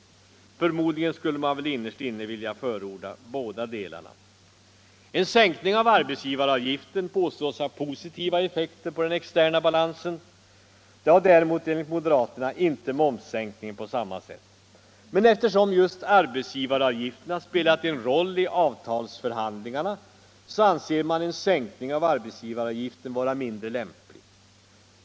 Förmodligen skulle man väl innerst inne vilja förorda båda delarna. En sänkning av arbetsgivaravgiften påstås ha positiva effekter på den externa balansen. Det har däremot enligt moderaterna inte momssänkningen på samma sätt. Men eftersom just arbetsgivaravgifterna har spelat en roll i avtalsförhandlingarna anser man en sänkning av dessa avgifter vara mindre lämplig.